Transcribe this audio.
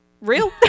Real